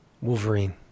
Wolverine